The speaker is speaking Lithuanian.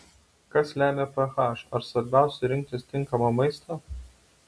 kas lemia ph ar svarbiausia rinktis tinkamą maistą